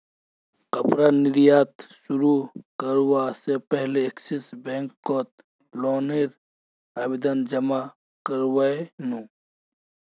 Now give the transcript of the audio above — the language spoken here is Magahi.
कपड़ा निर्यात शुरू करवा से पहले एक्सिस बैंक कोत लोन नेर आवेदन जमा कोरयांईल नू